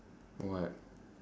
what